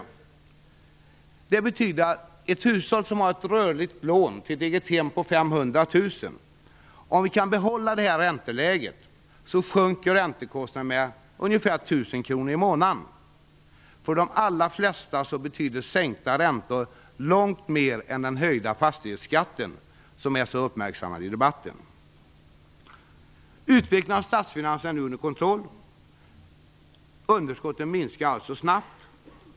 Om vi kan behålla det här ränteläget betyder det för ett hushåll som har ett rörligt lån till ett egnahem på 500 000 kr att räntekostnaden sjunker med ungefär 1 000 kr i månaden. För de allra flesta betyder sänkta räntor långt mer än den höjda fastighetsskatten, som är så uppmärksammad i debatten. Utvecklingen av statsfinanserna är nu under kontroll. Underskotten minskar snabbt.